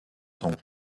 sont